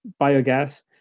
biogas